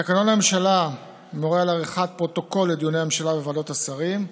תקנון הממשלה מורה על עריכת פרוטוקול לדיוני הממשלה וועדות השרים,